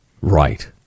Right